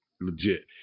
legit